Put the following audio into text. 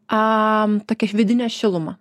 am tokią vidinę šilumą